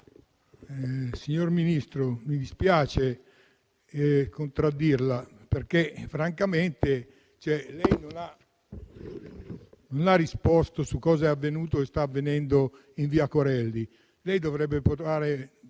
Signor Ministro, mi dispiace contraddirla perché, francamente, non ha risposto su cosa è avvenuto e sta avvenendo in via Corelli. Lei dovrebbe provare